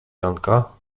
janka